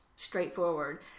straightforward